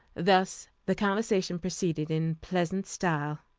thus the conversation proceeded in pleasant style.